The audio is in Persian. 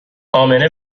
امنه